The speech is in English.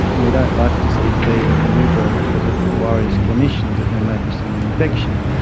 and we don't like to see fever in a newborn because it worries clinicians that there may be some infection.